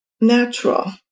natural